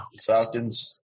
Falcons